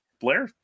Blair